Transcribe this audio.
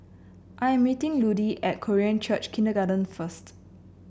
I am meeting Ludie at Korean Church Kindergarten first